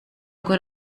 con